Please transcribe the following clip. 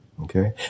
Okay